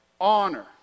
honor